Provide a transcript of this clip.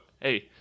hey—